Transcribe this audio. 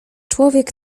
człowiek